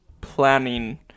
planning